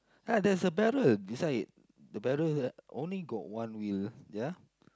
uh there's a barrel beside it the barrel only got one wheel ya